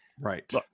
right